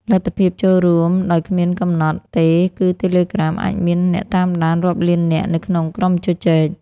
លទ្ធភាពចូលរួមដោយគ្មានកំណត់ទេគឺTelegram អាចមានអ្នកតាមដានរាប់លាននាក់នៅក្នុងក្រុមជជែក។